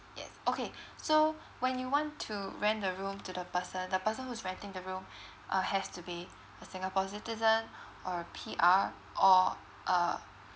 yes okay so when you want to rent the room to the person the person who's renting the room uh has to be a singapore citizen or P_R or a